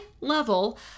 level